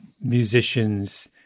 musicians